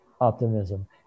optimism